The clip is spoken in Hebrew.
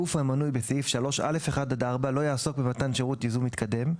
(ג) גוף המנוי בסעיף 3(א)(1) עד (4) לא יעסוק במתן שירות ייזום מתקדם,